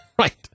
Right